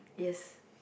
yes